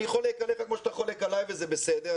אני חולק עליך כמו שאתה חולק עליי וזה בסדר,